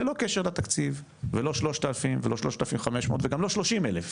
ללא קשר לתקציב ולא 3,000 וגם לא 3,500 וגם לא 30 אלף,